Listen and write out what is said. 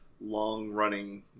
long-running